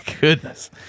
goodness